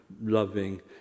loving